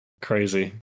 Crazy